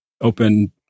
open